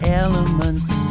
elements